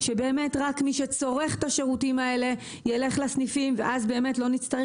שבאמת רק מי שצורך את השירותים האלה ילך לסניפים ואז באמת לא נצטרך